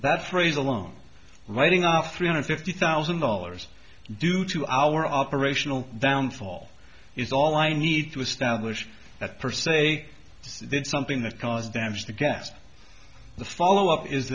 that phrase along writing our three hundred fifty thousand dollars due to our operational downfall is all i need to establish that per se is something that cause damage the guest the follow up is